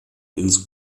ins